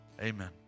amen